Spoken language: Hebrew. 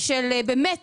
של באמת